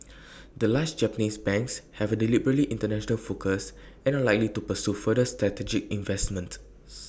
the large Japanese banks have A deliberately International focus and are likely to pursue further strategic investments